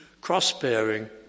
cross-bearing